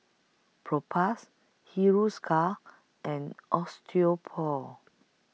Propass Hiruscar and Osteopool